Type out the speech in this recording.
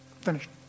finished